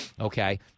Okay